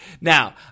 Now